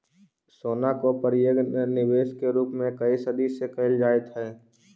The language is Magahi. सोना के प्रयोग निवेश के रूप में कए सदी से कईल जाइत हई